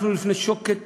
אנחנו בפני שוקת